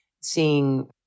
seeing